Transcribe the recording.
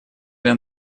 для